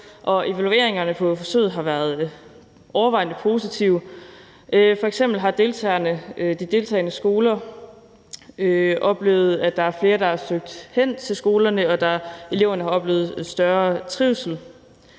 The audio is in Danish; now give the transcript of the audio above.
Evalueringerne af forsøget har været overvejende positive. F.eks. har de deltagende skoler oplevet, at der er flere, der har søgt hen til skolerne, og eleverne har oplevet større trivsel.